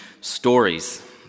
stories